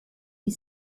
die